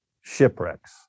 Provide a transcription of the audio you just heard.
shipwrecks